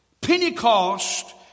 Pentecost